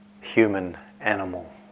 human-animal